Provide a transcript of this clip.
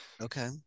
Okay